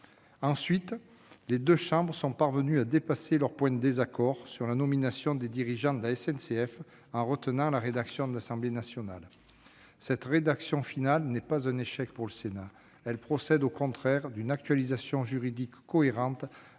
Ensuite, les deux chambres sont parvenues à dépasser leurs désaccords sur la nomination des dirigeants de la SNCF en retenant la rédaction de l'Assemblée nationale. Cette solution n'est pas un échec pour le Sénat. Elle participe au contraire d'une actualisation juridique cohérente